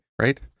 right